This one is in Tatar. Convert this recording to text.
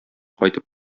кайтып